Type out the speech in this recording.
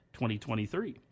2023